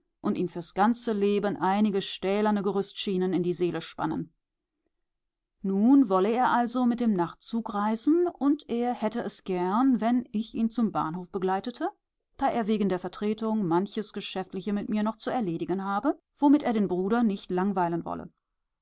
und ihm fürs ganze leben einige stählerne gerüstschienen in die seele spannen nun wolle er also mit dem nachtzug reisen und er hätte es gern wenn ich ihn zum bahnhof begleitete da er wegen der vertretung manches geschäftliche mit mir noch zu erledigen habe womit er den bruder nicht langweilen wolle